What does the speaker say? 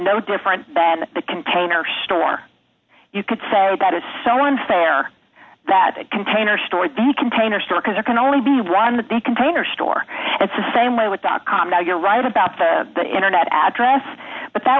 no different than the container store you could say oh that is so unfair that a container store the container store because it can only be run with the container store it's the same way with dot com now you're right about the internet address but that